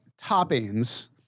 toppings